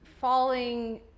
falling